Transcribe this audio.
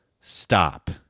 stop